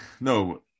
No